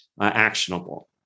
actionable